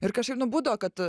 ir kažkaip nu būdavo kad